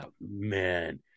Man